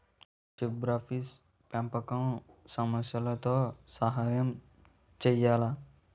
Zebrafish పెంపకం సమస్యలతో సహాయం చేయాలా?